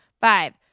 Five